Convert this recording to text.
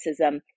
racism